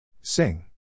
Sing